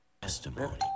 Testimony